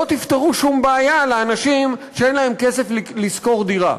לא תפתרו שום בעיה לאנשים שאין להם כסף לשכור דירה.